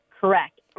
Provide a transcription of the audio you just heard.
Correct